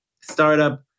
startup